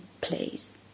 please